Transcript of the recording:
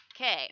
Okay